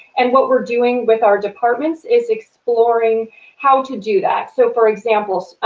and what we're doing with our departments is exploring how to do that. so, for example,